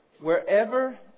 wherever